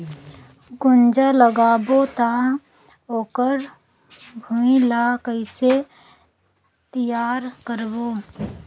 गुनजा लगाबो ता ओकर भुईं ला कइसे तियार करबो?